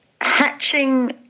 hatching